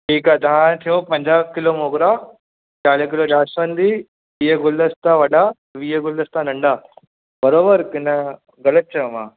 ठीकु आहे तव्हां चयो पंजाह किलो मोगरा चालीह किलो जाशंवन्ती वीह गुलदस्ता वॾा वीह गुलदस्ता नंढा बराबरि कि न ग़लति चयो मां